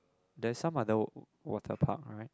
there's some other water park right